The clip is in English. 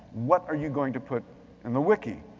what are you going to put in the wiki?